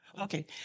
Okay